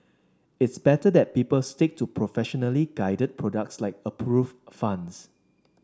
it's better that people stick to professionally guided products like approved funds